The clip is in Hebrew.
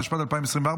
התשפ"ד 2024,